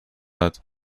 hat